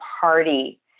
party